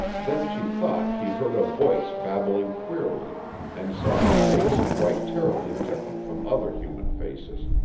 then she thought she heard a voice babbling queerly and saw a face quite terribly different from other human faces.